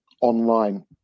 online